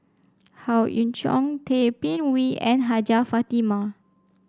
Howe Yoon Chong Tay Bin Wee and Hajjah Fatimah